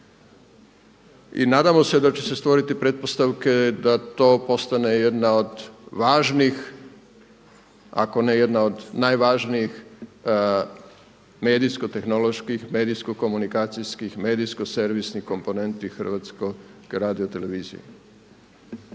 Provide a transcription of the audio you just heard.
I nadamo se da će se stvoriti pretpostavke da to postane jedna od važnih ako ne i jedna od najvažnijih medijsko tehnoloških, medijsko komunikacijskih, medijsko servisnih komponenti HRT-a. On također